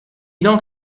donc